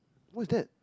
what is that